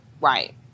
right